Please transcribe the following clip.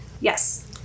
Yes